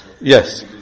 Yes